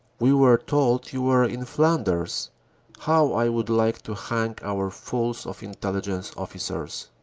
we were told you were in flanders how i would like to hang our fools of intelligence officers